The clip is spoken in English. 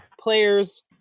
players